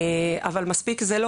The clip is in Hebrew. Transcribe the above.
אבל זה לא